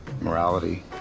Morality